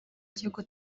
gihugu